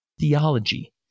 theology